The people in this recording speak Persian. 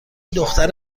دختر